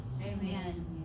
Amen